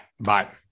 Bye